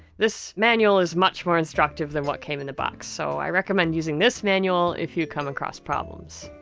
this manual is much more instructive than what came in the box. so i recommend using this manual if you come across problems.